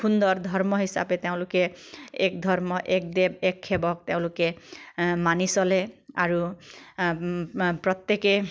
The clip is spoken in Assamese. সুন্দৰ ধৰ্ম হিচাপে তেওঁলোকে এক ধৰ্ম এক দেৱ এক সেৱক তেওঁলোকে মানি চলে আৰু প্ৰত্যেকে